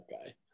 Okay